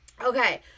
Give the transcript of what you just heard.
Okay